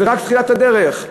זאת רק תחילת הדרך.